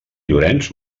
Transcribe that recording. llorenç